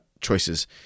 choices